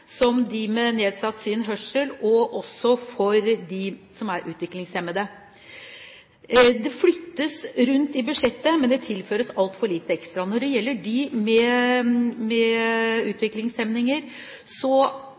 med nedsatt syn og hørsel og også dem som er utviklingshemmede. Det flyttes rundt i budsjettet, men det tilføres altfor lite ekstra. Når det gjelder dem med